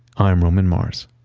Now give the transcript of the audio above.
i'm roman mars.